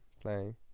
playing